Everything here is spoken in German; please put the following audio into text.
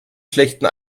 schlechten